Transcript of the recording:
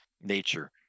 nature